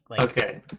Okay